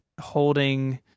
holding